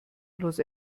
los